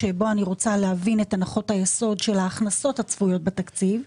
שבו אני רוצה להבין את הנחות היסוד של ההכנסות הצפויות בתקציב.